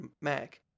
Mac